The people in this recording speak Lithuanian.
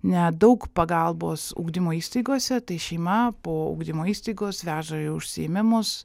nedaug pagalbos ugdymo įstaigose tai šeima po ugdymo įstaigos veža į užsiėmimus